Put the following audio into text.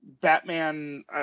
Batman